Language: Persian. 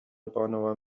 بانوان